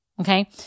Okay